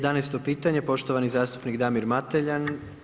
11. pitanje, poštovani zastupnik Damir Mateljan.